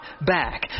back